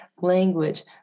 language